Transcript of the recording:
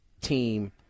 team